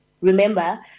Remember